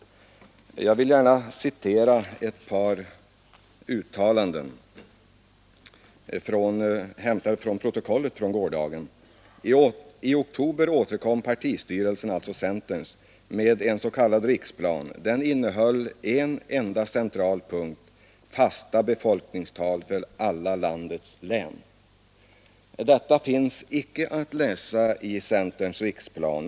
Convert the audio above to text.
Jag vill gärna citera ett par uttalanden, hämtade från gårdagens protokoll: ”I oktober återkom partistyrelsen” — alltså centerns partistyrelse — ”med en s.k. riksplan. Den innehöll en enda central punkt: fasta befolkningstal för alla landets län.” Detta finns icke att läsa i centerns riksplan.